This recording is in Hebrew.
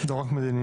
לא רק מדיניות.